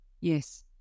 Yes